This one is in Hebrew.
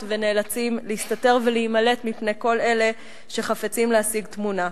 ונאלצים להסתתר ולהימלט מפני כל אלה שחפצים להשיג תמונה.